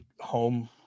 home